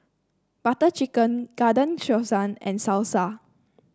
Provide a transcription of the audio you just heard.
Butter Chicken Garden Stroganoff and Salsa